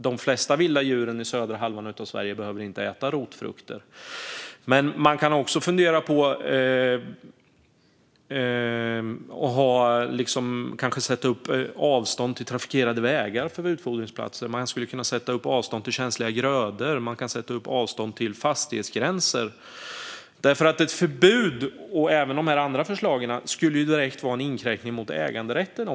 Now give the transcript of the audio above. De flesta vilda djuren i den södra halvan av Sverige behöver inte äta rotfrukter. Men man kan också fundera på att sätta upp avstånd mellan utfodringsplatser och trafikerade vägar, känsliga grödor och fastighetsgränser. Ett förbud och även de andra förslagen skulle vara en direkt inskränkning av äganderätten.